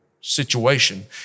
situation